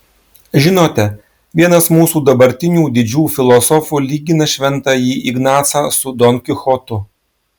žinote vienas mūsų dabartinių didžių filosofų lygina šventąjį ignacą su don kichotu